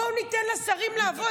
בואו ניתן לשרים לעבוד.